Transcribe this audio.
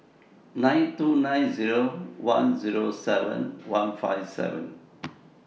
nine two nine Zero one Zero seven one five seven